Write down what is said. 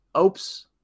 Oops